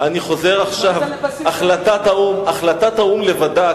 החלטת האו"ם לבדה,